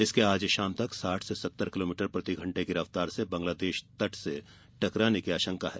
इसके आज शाम साठ से सत्तर किलोमीटर प्रतिघंटे की रफ्तार से बंगलादेश तट से टकराने की आशंका है